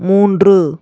மூன்று